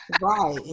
Right